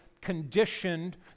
conditioned